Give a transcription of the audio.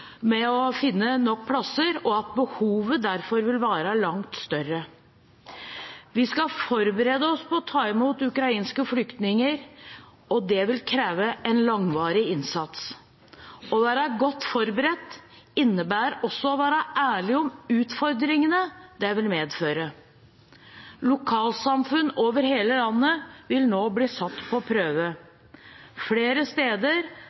at behovet derfor vil være langt større. Vi skal forberede oss på å ta imot ukrainske flyktninger, og det vil kreve en langvarig innsats. Å være godt forberedt innebærer også å være ærlig om utfordringene det vil medføre. Lokalsamfunn over hele landet vil nå bli satt på prøve. Flere steder